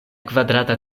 kvadrata